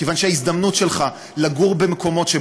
כיוון שההזדמנות שלך לגור במקומות עם